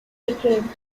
became